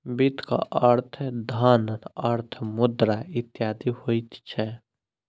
वित्तक अर्थ धन, अर्थ, मुद्रा इत्यादि होइत छै